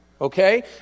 Okay